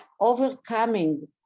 overcoming